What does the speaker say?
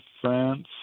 France